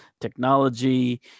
technology